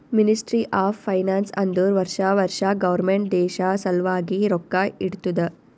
ministry of finance ಅಂದುರ್ ವರ್ಷಾ ವರ್ಷಾ ಗೌರ್ಮೆಂಟ್ ದೇಶ ಸಲ್ವಾಗಿ ರೊಕ್ಕಾ ಇಡ್ತುದ